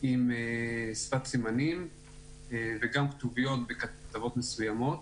עם שפת סימנים וגם כתוביות בכתבות מסוימות,